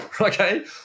Okay